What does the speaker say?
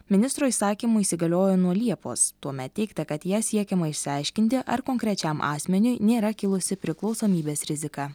ministro įsakymu įsigaliojo nuo liepos tuomet teigta kad ja siekiama išsiaiškinti ar konkrečiam asmeniui nėra kilusi priklausomybės rizika